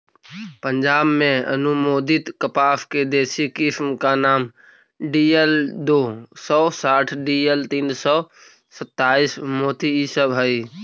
पंजाब में अनुमोदित कपास के देशी किस्म का नाम डी.एल दो सौ साठ डी.एल तीन सौ सत्ताईस, मोती इ सब हई